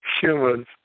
humans